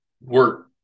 work